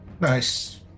Nice